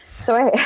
so